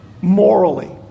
morally